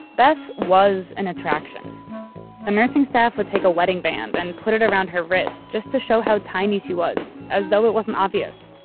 beth was an attraction the nursing staff would take a wedding band and put it around her wrist just to show how tiny she was as though it wasn't obvious.